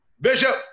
Bishop